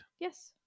Yes